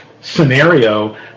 scenario